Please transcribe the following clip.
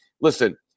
Listen